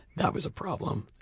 that was a problem.